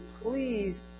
please